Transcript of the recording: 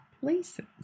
places